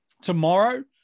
Tomorrow